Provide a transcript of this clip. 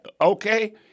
Okay